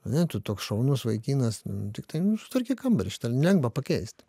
ar ne tu toks šaunus vaikinas tiktai nu sutvarkyk kambarį lengva pakeist